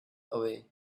away